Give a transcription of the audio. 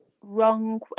wrong